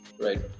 Right